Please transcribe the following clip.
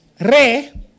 re